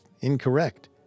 incorrect